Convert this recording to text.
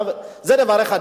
זה דבר אחד.